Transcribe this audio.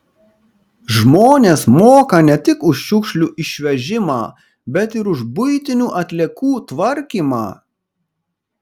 žmonės moka ne tik už šiukšlių išvežimą bet ir už buitinių atliekų tvarkymą